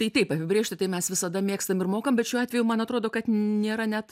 tai taip apibrėžti tai mes visada mėgstam ir mokam bet šiuo atveju man atrodo kad nėra net